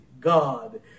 God